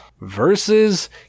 versus